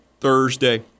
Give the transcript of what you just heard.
Thursday